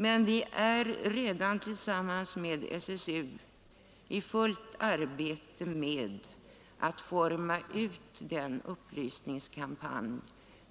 Men vi är redan tillsammans med SSU i fullt arbete med att utforma